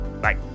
bye